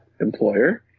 employer